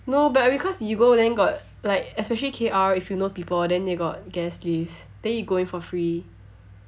no but because you go then got like especially K_R if you know people then they got guest list then you go in for free